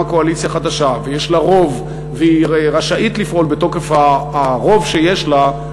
קואליציה חדשה ויש לה רוב והיא רשאית לפעול בתוקף הרוב שיש לה,